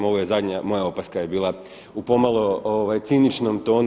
Ovo je zadnja moja opaska je bila u pomalo ciničnom tonu.